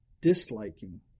Disliking